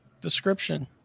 description